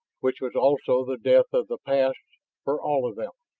which was also the death of the past for all of them.